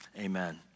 Amen